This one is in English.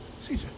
CJ